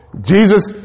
Jesus